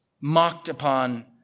mocked-upon